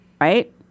right